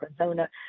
Arizona